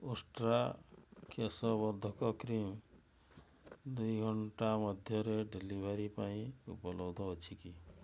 ଉଷ୍ଟ୍ରା କେଶ ବର୍ଦ୍ଧକ କ୍ରିମ୍ ଦୁଇ ଘଣ୍ଟା ମଧ୍ୟରେ ଡେଲିଭରି ପାଇଁ ଉପଲବ୍ଧ ଅଛି କି